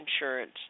insurance